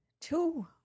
two